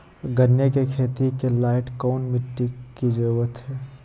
गन्ने की खेती के लाइट कौन मिट्टी की जरूरत है?